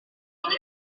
jam